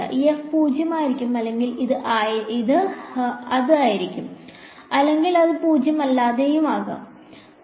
ഈ എഫ് പൂജ്യമായിരിക്കാം അല്ലെങ്കിൽ അത് ആയിരിക്കും അല്ലെങ്കിൽ അത് പൂജ്യമല്ലാത്തതാകാം